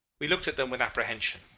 we looked at them with apprehension.